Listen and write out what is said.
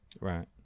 Right